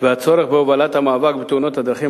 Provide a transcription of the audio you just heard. והצורך בהובלת המאבק בתאונות הדרכים